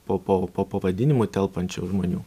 po po po pavadinimu telpančių žmonių